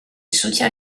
soutient